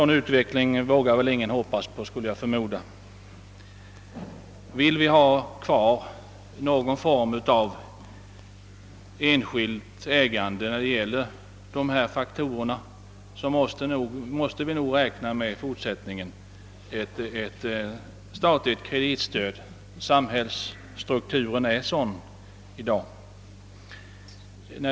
Jag tror inte heller att andra vågar hoppas på en sådan utveckling. Vill vi ha kvar någon form av enskilt ägande härvidlag måste vi nog i fortsättningen räkna med ett statligt kreditstöd. Samhällsstrukturen är sådan i dag.